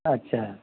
अच्छा